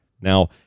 Now